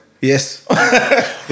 Yes